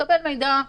תקבל מידע,